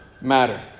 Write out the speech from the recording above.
matter